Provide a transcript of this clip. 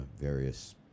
various